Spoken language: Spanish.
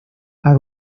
are